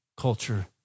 culture